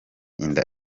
inda